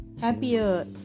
happier